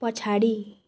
पछाडि